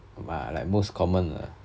ah like most common 的